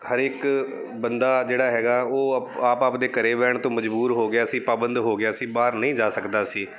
ਹਰ ਇੱਕ ਬੰਦਾ ਜਿਹੜਾ ਹੈਗਾ ਉਹ ਅਪ ਆਪ ਆਪਦੇ ਘਰ ਬਹਿਣ ਤੋਂ ਮਜ਼ਬੂਰ ਹੋ ਗਿਆ ਸੀ ਪਾਬੰਦ ਹੋ ਗਿਆ ਸੀ ਬਾਹਰ ਨਹੀਂ ਜਾ ਸਕਦਾ ਸੀ